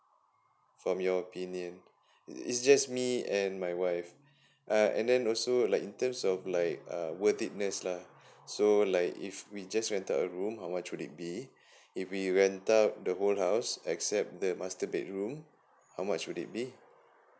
from your opinion it's just me and my wife uh and then also like in terms of like uh worth it ness lah so like if we just rent out a room how much would it be if we rent out the whole house except the master bedroom how much would it be